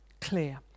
clear